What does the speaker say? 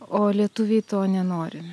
o lietuviai to nenori